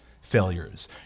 failures